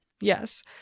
yes